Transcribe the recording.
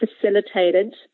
facilitated